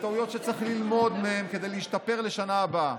וטעויות שצריך ללמוד מהן כדי להשתפר לשנה הבאה.